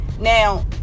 Now